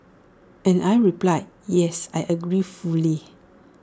and I reply yes I agree fully